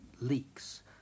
leaks